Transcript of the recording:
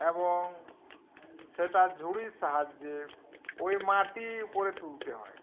এবং সেটা ঝুড়ির সাহায্যে ওই মাটি ওপরে তুলতে হয়